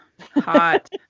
hot